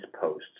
posts